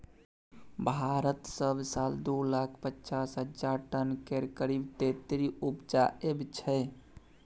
भारत सब साल दु लाख पचास हजार टन केर करीब तेतरि उपजाबै छै